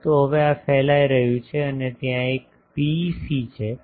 પરંતુ હવે આ ફેલાઇ રહ્યું છે અને ત્યાં એક PEC છે